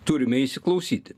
turime įsiklausyti